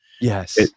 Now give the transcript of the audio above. Yes